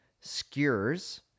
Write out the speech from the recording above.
skewers